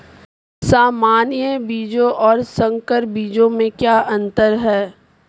सामान्य बीजों और संकर बीजों में क्या अंतर है?